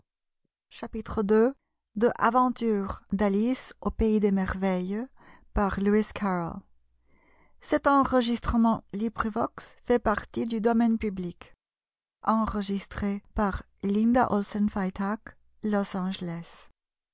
au pays des merveilles